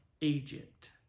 Egypt